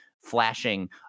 flashing